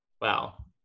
Wow